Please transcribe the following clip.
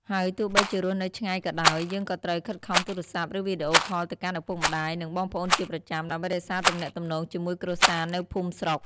ហើយទោះបីជារស់នៅឆ្ងាយក៏ដោយ យើងក៏ត្រូវខិតខំទូរស័ព្ទ ឬវីដេអូខលទៅកាន់ឪពុកម្តាយ និងបងប្អូនជាប្រចាំ ដើម្បីរក្សាទំនាក់ទំនងជាមួយគ្រួសារនៅភូមិស្រុក។